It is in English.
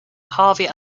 harvey